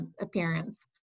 appearance